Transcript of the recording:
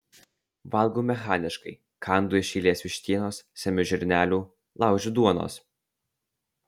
valgau mechaniškai kandu iš eilės vištienos semiu žirnelių laužiu duonos